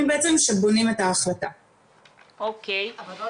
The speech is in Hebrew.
בתי החולים בעזה לא יכולים